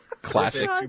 Classic